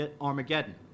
Armageddon